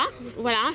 voilà